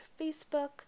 Facebook